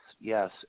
Yes